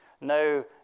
no